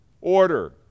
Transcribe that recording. order